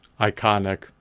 iconic